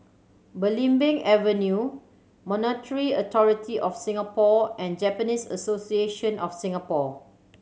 Belimbing Avenue Monetary Authority Of Singapore and Japanese Association of Singapore